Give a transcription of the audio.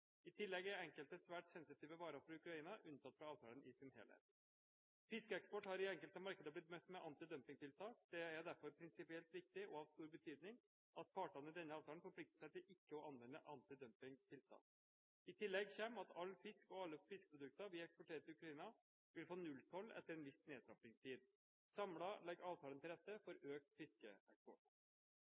I tillegg er enkelte svært sensitive varer for Ukraina unntatt fra avtalen i sin helhet. Fiskeeksport har i enkelte markeder blitt møtt med antidumpingtiltak. Det er derfor prinsipielt viktig og av stor betydning at partene i denne avtalen forplikter seg til ikke å anvende antidumpingtiltak. I tillegg kommer at all fisk og alle fiskeprodukter vi eksporterer til Ukraina, vil få nulltoll etter en viss nedtrappingstid. Samlet legger avtalen til rette for økt fiskeeksport.